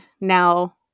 now